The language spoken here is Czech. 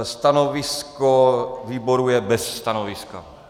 Stanovisko výboru je bez stanoviska.